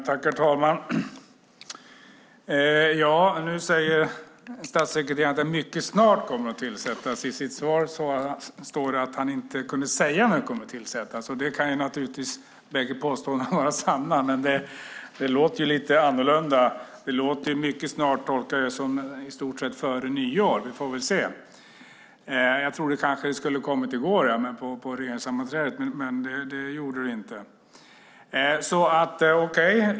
Herr talman! Nu säger statsrådet att kommissionen kommer att tillsättas mycket snart. I svaret står att han inte kan säga när den kommer att tillsättas. Bägge påståendena kan vara sanna. Men mycket snart tolkar jag som före nyår. Jag trodde att den skulle ha kommit på regeringssammanträdet i går, men det gjorde den inte.